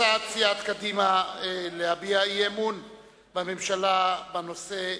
הצעת סיעת קדימה להביע אי-אמון בממשלה בנושא: